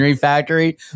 factory